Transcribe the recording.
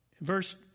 verse